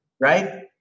right